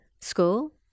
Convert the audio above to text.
school